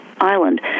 Island